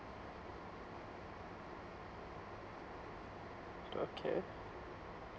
okay